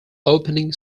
opening